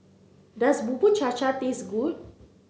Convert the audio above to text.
does Bubur Cha Cha taste good